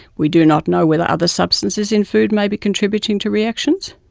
we do not know whether other substances in food may be contributing to reactions.